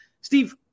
Steve